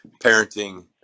parenting